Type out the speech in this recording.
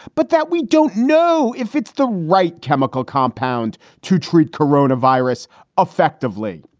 but that we don't know if it's the right chemical compound to treat corona virus effectively.